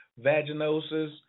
vaginosis